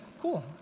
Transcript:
cool